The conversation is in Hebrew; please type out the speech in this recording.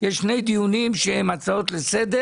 יש שני דיונים שהם הצעות לסדר